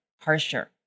harsher